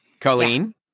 Colleen